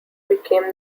became